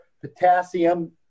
potassium